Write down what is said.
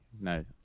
no